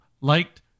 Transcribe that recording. liked